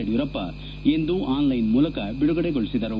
ಯಡಿಯೂರಪ್ಪ ಇಂದು ಆನ್ಲೈನ್ ಮೂಲಕ ಬಿಡುಗಡೆಗೊಳಿಸಿದರು